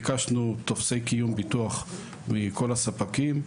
ביקשנו טופסי קיום ביטוח מכל הספקים.